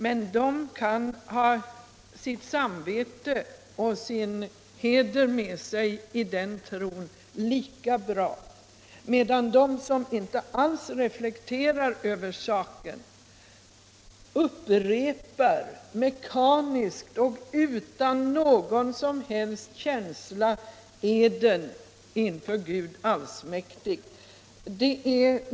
Men de kan ha sitt samvete och sin heder med sig i den tron lika bra utan denna ed medan de som inte alls reflekterar över saken upprepar — mekaniskt och utan någon som helst känsla — eden inför Gud Allsmäktig.